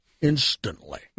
Instantly